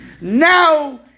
now